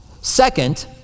Second